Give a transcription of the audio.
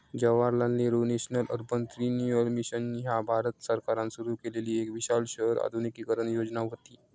Jawaharlal Nehru national urban renewal mission ह्या भारत सरकारान सुरू केलेली एक विशाल शहर आधुनिकीकरण योजना व्हती